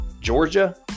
Georgia